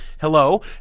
hello